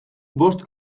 bost